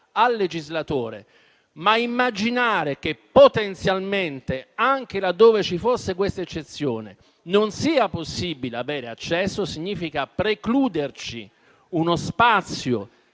al legislatore - ma immaginare che potenzialmente, anche laddove ci fosse questa eccezione, non sia possibile avere accesso significa precluderci uno spazio